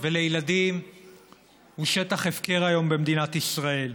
ולילדים הוא שטח הפקר היום במדינת ישראל.